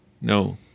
No